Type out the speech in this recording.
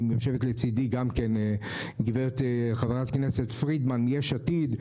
יושבת לצידי חה"כ פרידמן מיש עתיד,